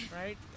right